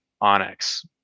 Onyx